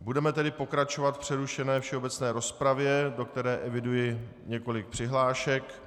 Budeme tedy pokračovat v přerušené všeobecné rozpravě, do které eviduji několik přihlášek.